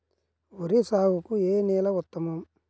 వరి సాగుకు ఏ నేల ఉత్తమం?